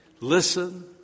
listen